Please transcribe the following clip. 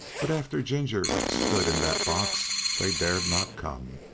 but after ginger stood in that box, they dared not come,